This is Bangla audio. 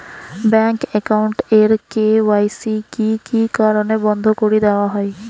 ব্যাংক একাউন্ট এর কে.ওয়াই.সি কি কি কারণে বন্ধ করি দেওয়া হয়?